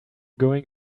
going